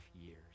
years